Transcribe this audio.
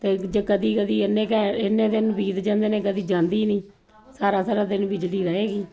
ਤੇ ਕਦੀ ਕਦੀ ਇਨੇ ਘ ਇੇਨੇ ਦਿਨ ਬੀਤ ਜਾਂਦੇ ਨੇ ਕਦੀ ਜਾਂਦੀ ਨਹੀਂ ਸਾਰਾ ਸਾਰਾ ਦਿਨ ਬਿਜਲੀ ਰਹੇਗੀ